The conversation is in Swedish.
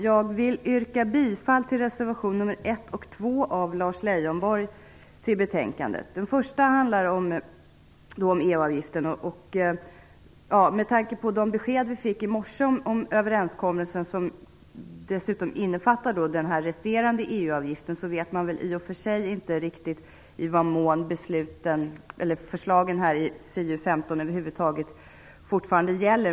Jag vill yrka bifall till reservationerna nr 1 och 2 av Lars Leijonborg. Den första reservationen handlar om EU-avgiften. Med tanke på de besked vi fick i morse om överenskommelsen, som dessutom innefattar den resterande EU-avgiften, vet man väl i och för sig inte riktigt i vad mån förslagen i FiU:15 över huvud taget fortfarande gäller.